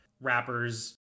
rappers